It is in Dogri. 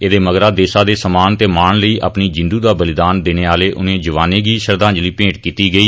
एहदे मगरा देसा दे सम्मान ते मॉन लेई अपनी जिन्दू दा बलिदान देने आहले उनें जवानें गी श्रद्धांजलि भेंट कीती गेई